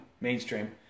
mainstream